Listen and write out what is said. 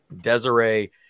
Desiree